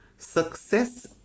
success